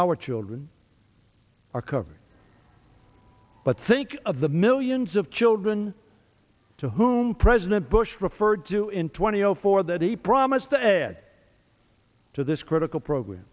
our children are covered but think of the millions of children to whom president bush referred to in twenty zero four that he promised to add to this critical program